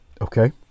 Okay